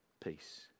peace